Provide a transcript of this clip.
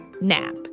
NAP